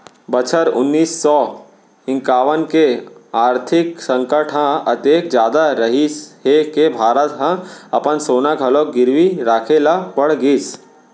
बछर उन्नीस सौ इंकावन के आरथिक संकट ह अतेक जादा रहिस हे के भारत ह अपन सोना घलोक गिरवी राखे ल पड़ गिस